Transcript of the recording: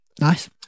Nice